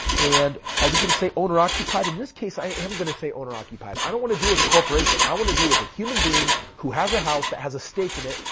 and are we going to say owner-occupied? in this case, i am going to say owner-occupied. i don't want to deal with the corporation. i want to deal with a human being who has a house that has a stake in it.